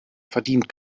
verdient